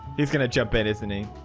he's gonna jump in isn't he?